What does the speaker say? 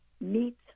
meat